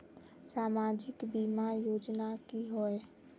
सामाजिक बीमा योजना की होय?